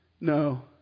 No